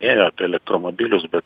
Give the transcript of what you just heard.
ėjo apie elektromobilius bet